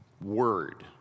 word